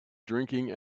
drinking